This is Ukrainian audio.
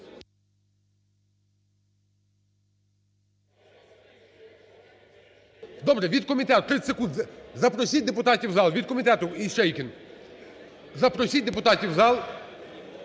Добре, від комітету 30 секунд. Запросіть депутатів в зал.